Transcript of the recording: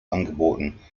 angeboten